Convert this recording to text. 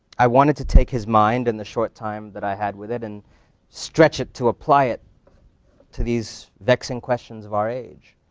i wanted to take his mind, in the short time that i had with him, and stretch it to apply it to these vexing questions of our age.